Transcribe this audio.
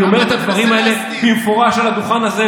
אני אומר את הדברים האלה במפורש על הדוכן הזה,